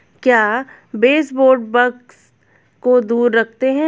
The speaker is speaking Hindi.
क्या बेसबोर्ड बग्स को दूर रखते हैं?